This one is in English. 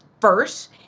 first